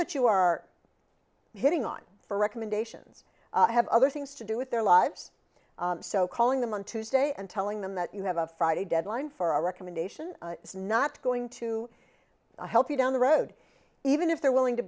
that you are hitting on for recommendations have other things to do with their lives so calling them on tuesday and telling them that you have a friday deadline for a recommendation is not going to help you down the road even if they're willing to